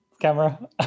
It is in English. camera